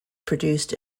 produced